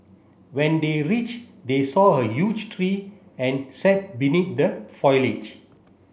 when they reach they saw a huge tree and sat beneath the foliage